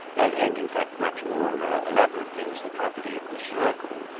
and and in fact much more elaborate things, the property of the circle,